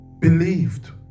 believed